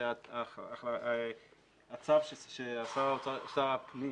שהצו ששר הפנים